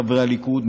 חברי הליכוד,